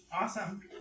Awesome